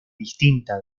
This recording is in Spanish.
distinta